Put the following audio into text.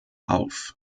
auf